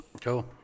Cool